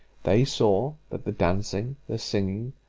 they saw, that the dancing, the singing,